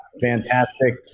fantastic